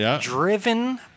driven